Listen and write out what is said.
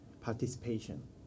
participation